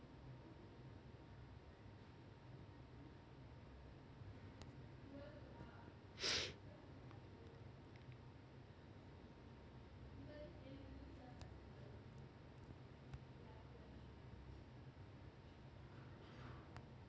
काली माटी मां कोन सा फसल ह अच्छा होथे अउर माटी म कोन कोन स हानिकारक तत्व होथे?